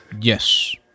Yes